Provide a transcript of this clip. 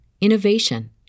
innovation